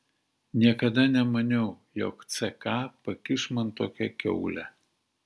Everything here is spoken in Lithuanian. niekada nemaniau jog ck pakiš man tokią kiaulę